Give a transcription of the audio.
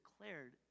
declared